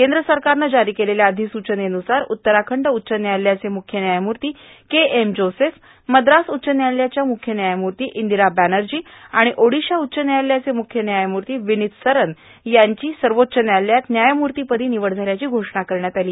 केंद्र सरकारनं जारी केलेल्या अधिसूचनेवुसार उत्तराखंड उच्च न्यायालयाचे मुख्य न्यायमूर्ती के एम जोसेफ मद्रास उच्च न्यायालयाच्या मुख्य न्यायमूर्ती इंदिरा बॅनर्जी आणि ओडिसा उच्च न्यायालयाचे मुख्य न्यायमूर्ती विनीत सरन यांची सर्वोच्च न्यायालयात व्यायमूर्तीपदी निवड झाल्याची घोषणा करण्यात आली